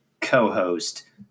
co-host